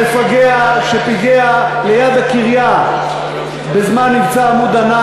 המפגע שפיגע ליד הקריה בזמן מבצע "עמוד ענן",